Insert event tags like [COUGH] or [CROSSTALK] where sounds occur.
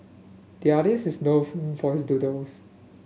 the artist is known [UNINTELLIGIBLE] for his doodles